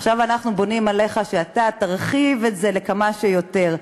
עכשיו אנחנו בונים עליך שאתה תרחיב את זה כמה שיותר.